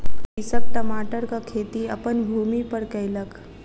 कृषक टमाटरक खेती अपन भूमि पर कयलक